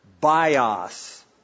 bios